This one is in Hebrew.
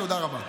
תודה רבה.